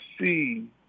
see